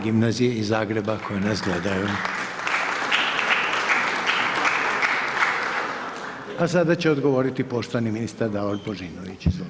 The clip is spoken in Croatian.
Gimnazije iz Zagreba koji nas gledaju… A sada će odgovoriti poštovani ministar Davor Božinović, izvolite.